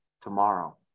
tomorrow